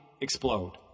explode